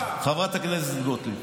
חברת הכנסת גוטליב.